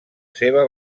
seva